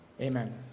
Amen